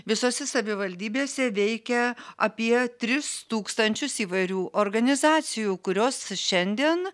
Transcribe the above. visose savivaldybėse veikia apie tris tūkstančius įvairių organizacijų kurios šiandien